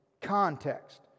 context